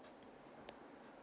hi